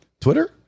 Twitter